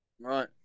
Right